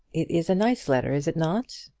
it is a nice letter, is it not?